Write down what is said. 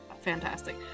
fantastic